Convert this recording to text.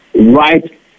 Right